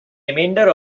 remainder